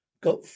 got